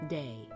day